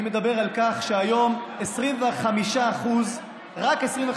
אני מדבר על כך שהיום רק 25% מהערבים